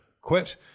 quit